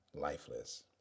lifeless